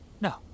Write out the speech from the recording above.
No